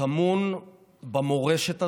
טמון במורשת הזאת,